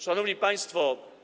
Szanowni Państwo!